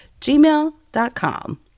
gmail.com